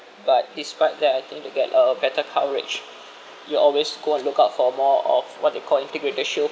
but despite that I think to get a better coverage you always go and look out for more of what they call integrated shield